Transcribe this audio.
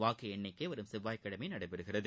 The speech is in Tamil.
வாக்கு எண்ணிக்கை வரும் செவ்வாய்க்கிழமை நடைபெறும்